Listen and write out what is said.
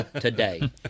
today